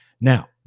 Now